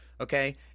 Okay